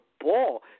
ball